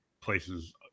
places